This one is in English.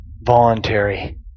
voluntary